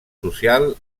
social